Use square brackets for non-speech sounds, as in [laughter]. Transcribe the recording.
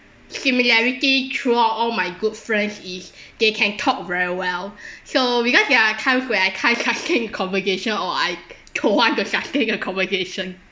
similarity throughout all my good friends is [breath] they can talk very well [breath] so because there are times where I can't start a [laughs] conversation or I don't want to sustain a conversation